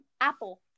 Apple